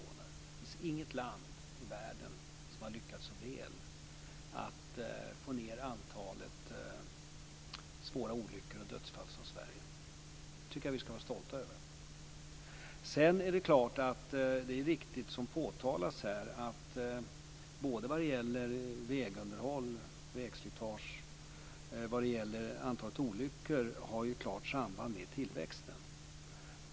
Det finns inget land i världen som har lyckats så väl med att få ned antalet svåra olyckor och dödsfall som Sverige. Det tycker jag att vi ska vara stolta över. Sedan är det klart att det som påtalas här om vägunderhåll och vägslitage är riktigt. Antalet olyckor har ett klart samband med tillväxten.